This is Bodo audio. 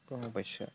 बावबायसो